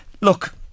Look